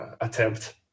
attempt